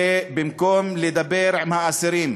ובמקום לדבר עם האסירים,